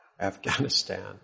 Afghanistan